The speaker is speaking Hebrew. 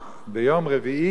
ביום רביעי מעזה,